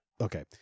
okay